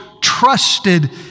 trusted